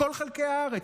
מכל חלקי הארץ.